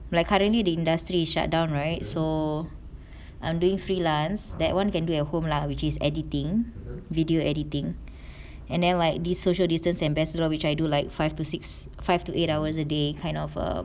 like currently the industry shut down right so I'm doing freelance that one can do at home lah which is editing video editing and then like the social distance ambassador which I do like five to six five two eight hours a day kind of err